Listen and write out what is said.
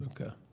okay